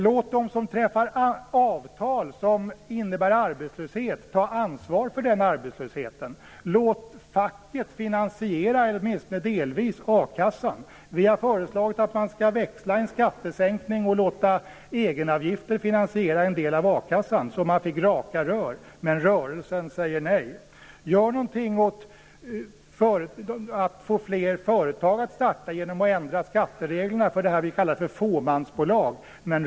Låt dem som träffar avtal som innebär arbetslöshet ta ansvar för den arbetslösheten! Låt facket åtminstone delvis finansiera a-kassan! Vi har föreslagit att man skall växla en skattesänkning med att man låter egenavgifter finansiera en del av a-kassan, så att det blev raka rör. Men rörelsen säger nej. Gör någonting för att få fler företag att starta genom att ändra skattereglerna för s.k. fåmansbolag!